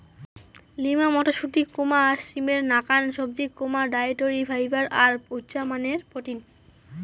lima মটরশুঁটি, সিমের নাকান সবজি, ডায়েটরি ফাইবার আর উচামানের প্রোটিন